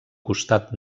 costat